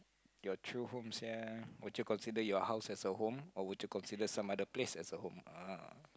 your true home sia would you consider your house as a home or would you consider some other place as a home ah